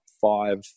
five